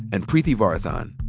and preeti varathan.